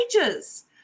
ages